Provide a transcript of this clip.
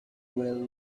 well